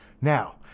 now